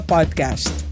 Podcast